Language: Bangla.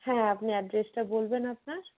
হ্যাঁ আপনি অ্যাড্রেসটা বলবেন আপনার